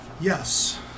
Yes